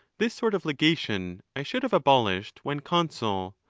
this sort of legation i should have abolished when consul,